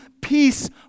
peace